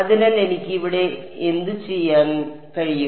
അതിനാൽ എനിക്ക് ഇവിടെ എന്തുചെയ്യാൻ കഴിയും